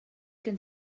gen